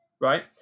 right